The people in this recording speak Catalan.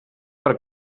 per